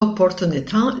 opportunità